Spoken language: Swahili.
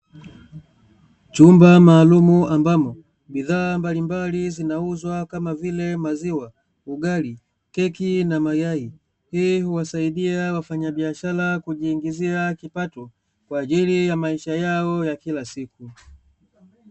Chumba maalumu ambamo, bidhaa mbalimbali zinauzwa kama vile maziwa, ugali, keki na mayai hii huwasaidia wafanyabiashara kujiingizia kipato, kwa ajili ya maisha yao ya kila siku.